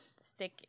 stick